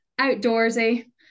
outdoorsy